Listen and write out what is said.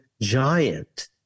giant